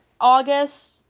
August